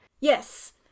yes